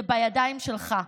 זה בידיים שלך.